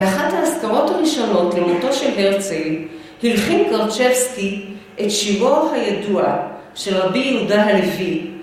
באחת האזכרות הראשונות למותו של הרצל הלחין קרצ'בסקי את שירו הידוע של רבי יהודה הלוי